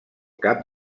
cap